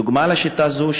דוגמה לשיטה זו,